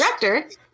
Director